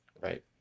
Right